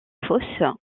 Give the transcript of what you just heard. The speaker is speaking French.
fosse